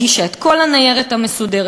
הגישה את כל הניירת המסודרת,